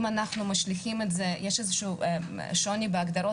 יש שוני בהגדרות,